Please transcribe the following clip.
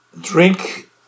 drink